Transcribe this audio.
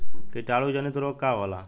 कीटाणु जनित रोग का होला?